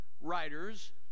writers